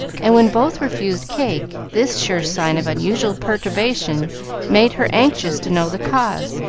and when both refused cake, this sure sign of unusual perturbation made her anxious to know the cause.